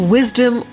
Wisdom